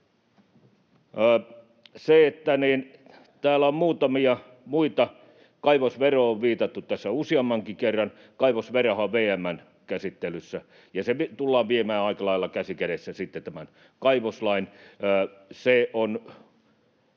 Täällä on muutamia muita: Kaivosveroon on viitattu tässä useammankin kerran. Kaivosverohan on VM:n käsittelyssä, ja se tullaan viemään aika lailla käsi kädessä sitten tämän kaivoslain